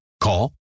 Call